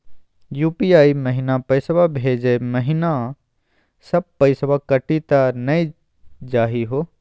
UPI महिना पैसवा भेजै महिना सब पैसवा कटी त नै जाही हो?